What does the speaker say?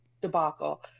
debacle